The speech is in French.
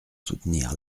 soutenir